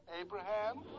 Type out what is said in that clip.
Abraham